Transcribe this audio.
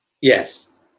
Yes